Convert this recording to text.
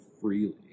freely